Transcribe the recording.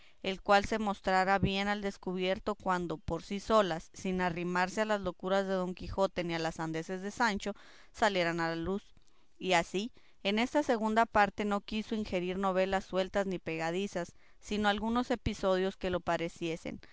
el cual se mostrara bien al descubierto cuando por sí solas sin arrimarse a las locuras de don quijote ni a las sandeces de sancho salieran a luz y así en esta segunda parte no quiso ingerir novelas sueltas ni pegadizas sino algunos episodios que lo pareciesen